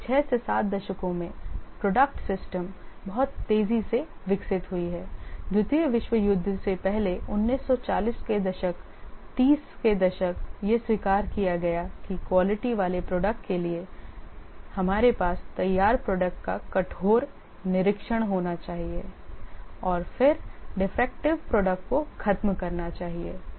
पिछले 6 से 7 दशकों में प्रोडक्ट सिस्टम बहुत तेजी से विकसित हुई है द्वितीय विश्व युद्ध से पहले 1940 के दशक 30 के दशक यह स्वीकार किया गया कि क्वालिटी वाले प्रोडक्ट के लिए हमारे पास तैयार प्रोडक्ट का कठोर निरीक्षण होना चाहिए और फिर डिफेक्टिव प्रोडक्ट को खत्म करना चाहिए